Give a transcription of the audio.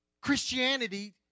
Christianity